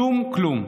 שום כלום.